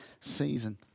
season